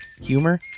humor